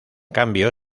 cambio